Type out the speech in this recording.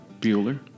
Bueller